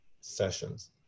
sessions